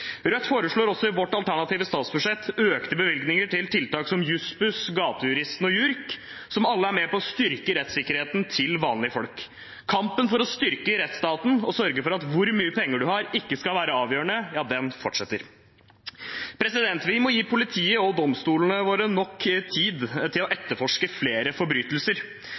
I vårt alternative statsbudsjett foreslår Rødt også økte bevilgninger til tiltak som Jussbuss, Gatejuristen og JURK, som alle er med på å styrke rettssikkerheten til vanlige folk. Kampen for å styrke rettsstaten og sørge for at hvor mye penger man har, ikke skal være avgjørende, fortsetter. Vi må gi politiet og domstolene våre nok tid til å etterforske flere forbrytelser.